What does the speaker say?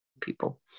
people